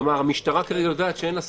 זאת אומרת, המשטרה כרגע יודעת שאין לה סמכות?